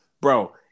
bro